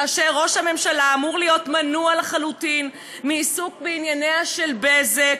כאשר ראש הממשלה אמור להיות מנוע לחלוטין מעיסוק בענייניה של "בזק",